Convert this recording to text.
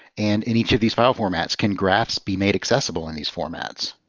and in each of these file formats, can graphs be made accessible in these formats?